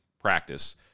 practice